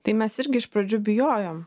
tai mes irgi iš pradžių bijojom